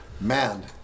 man